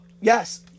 Yes